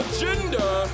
gender